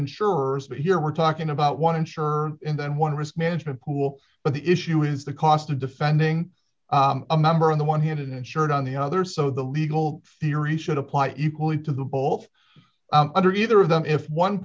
insurers but here we're talking about one insurer and then one risk management pool but the issue is the cost of defending a member on the one dollar hand and insured on the other so the legal theory should apply equally to the both under either of them if one